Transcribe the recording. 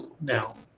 now